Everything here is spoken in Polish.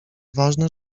ważne